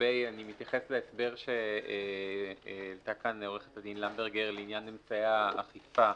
אני מתייחס להסבר שהעלתה כאן עורכת הדין למברגר לעניין אמצעי האכיפה.